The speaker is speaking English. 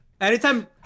anytime